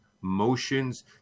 motions